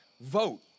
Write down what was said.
vote